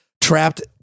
trapped